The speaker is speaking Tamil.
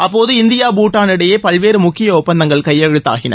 அப்போது இந்தியா பூடான் இடையே பல்வேறு முக்கிய ஒப்பந்தங்கள் கையெழுத்தாகின